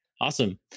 Awesome